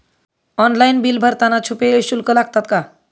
Online bill भरताना छुपे शुल्क लागतात का?